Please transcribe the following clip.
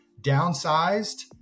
downsized